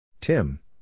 Tim